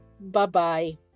bye-bye